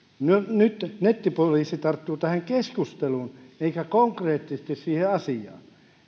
tulee nettipoliisi tarttuu tähän keskusteluun eikä konkreettisesti siihen asiaan